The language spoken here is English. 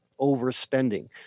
overspending